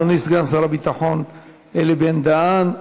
אדוני סגן שר הביטחון אלי בן-דהן,